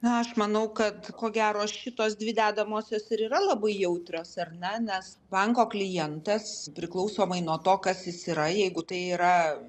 aš manau kad ko gero šitos dvi dedamosios ir yra labai jautrios ar ne nes banko klientas priklausomai nuo to kas jis yra jeigu tai yra